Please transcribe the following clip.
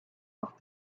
off